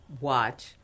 watch